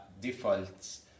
defaults